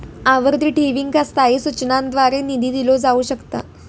आवर्ती ठेवींका स्थायी सूचनांद्वारे निधी दिलो जाऊ शकता